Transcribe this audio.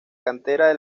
cantera